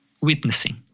witnessing